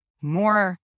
more